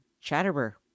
Chatterer